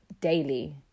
daily